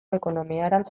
ekonomiarantz